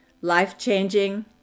Life-changing